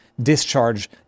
discharge